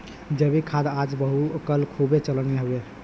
जैविक खाद आज कल खूबे चलन मे हउवे